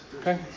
Okay